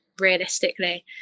realistically